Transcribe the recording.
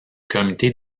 comité